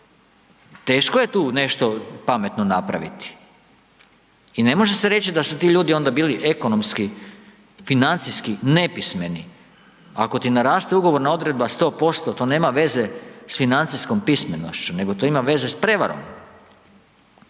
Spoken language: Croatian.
teško je tu nešto pametno napraviti i ne može se reći da su ti ljudi onda bili ekonomski, financijski nepismeni. Ako ti naraste ugovorna odredba 100%, to nema veze s financijskom pismenošću nego to ima veze s prevarom.